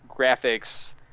graphics